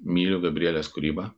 myliu gabrielės kūrybą